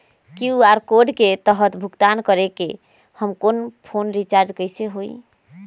QR code के तहद भुगतान करके हम फोन रिचार्ज कैसे होई?